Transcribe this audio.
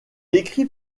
écrit